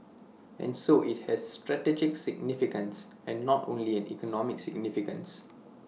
and so IT has strategic significance and not only an economic significance